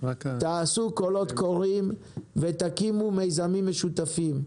תעשו קולות קוראים ותקימו מיזמים משותפים.